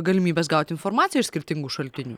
galimybes gauti informaciją iš skirtingų šaltinių